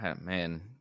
man